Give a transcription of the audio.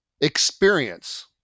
experience